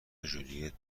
ژولیت